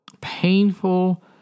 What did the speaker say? painful